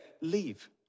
leave